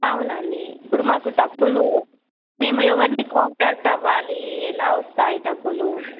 అవునండి ఇప్పుడు మాకు డబ్బులు మేము ఎవరిని కాంటాక్ట్ అవ్వాలి ఎలా వస్తాయి డబ్బులు